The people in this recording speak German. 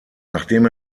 nachdem